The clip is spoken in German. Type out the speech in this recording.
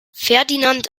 ferdinand